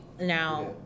now